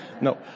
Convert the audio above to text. No